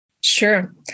Sure